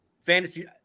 fantasy